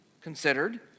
considered